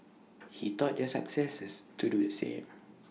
he taught their successors to do the same